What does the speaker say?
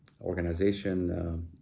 organization